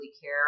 care